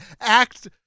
act